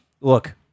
look